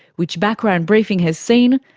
which background briefing has seen,